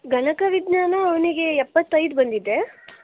ಗಣಕ ವಿಜ್ಞಾನ ಅವನಿಗೆ ಎಪ್ಪತ್ತೈದು ಬಂದಿದೆ